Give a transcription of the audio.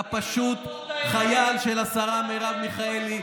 אתה פשוט חייל של השרה מרב מיכאלי,